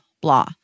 blah